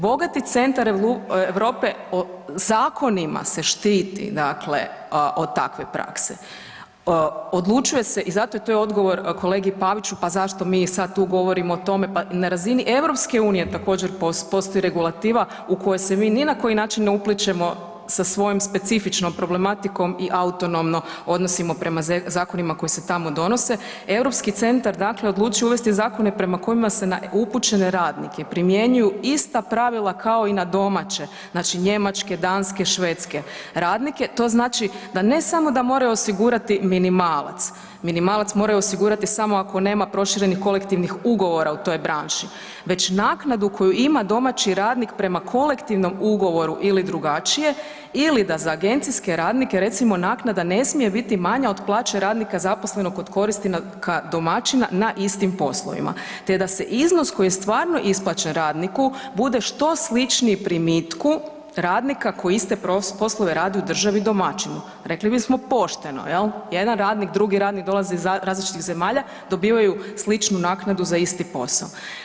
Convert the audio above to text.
Bogati centar Europe zakonima se štiti, dakle od takve prakse, odlučuje se i zato je to i odgovor kolegi Paviću pa zašto mi sad tu govorimo o tome, pa na razini Europske unije također postoji regulativa u koju se mi ni na koji način ne uplićemo sa svojim specifičnom problematikom i autonomno odnosimo prema zakonima koji se tamo donose, europski centar dakle odlučuje uvesti zakone prema kojima se na upućene radnike primjenjuju ista pravila kao i na domaće, znači njemačke, danske, švedske radnike, to znači da ne samo da moraju osigurati minimalac, minimalac moraju osigurati samo ako nema proširenih kolektivnih ugovora u toj branši, već naknadu koju ima domaći radnik prema kolektivnom ugovoru ili drugačije, ili da za agencijske radnike recimo naknada ne smije biti manja od plaće radnika zaposlenog kod korisnika domaćina na istim poslovima, te da se iznos koji je stvarno isplaćen radniku bude što sličniji primitku radnika koji iste poslove radi u državi domaćinu, rekli bismo pošteno jel', jedan radnik, drugi radnik, dolaze iz različitih zemalja, dobivaju sličnu naknadu za isti posao.